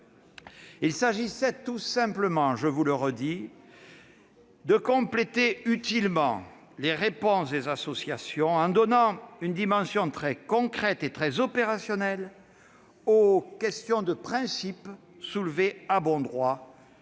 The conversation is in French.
Il s'agissait tout simplement, je le répète, de compléter utilement les réponses des associations, en donnant une dimension très concrète et opérationnelle aux questions de principe soulevées à bon droit